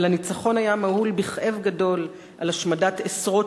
אבל הניצחון היה מהול בכאב גדול על השמדת עשרות